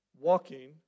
walking